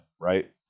right